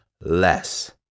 less